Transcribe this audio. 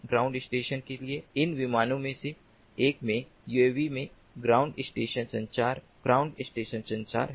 ground station के लिए इन विमानों में से एक में UAV से ग्राउंड स्टेशन संचार ग्राउंड स्टेशन संचार है